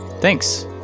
Thanks